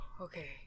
okay